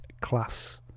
class